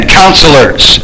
counselors